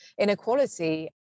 inequality